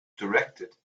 directed